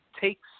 takes